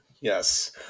Yes